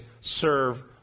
serve